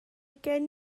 gen